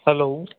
hello